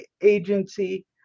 agency